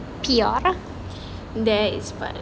there is fine